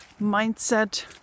mindset